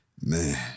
Man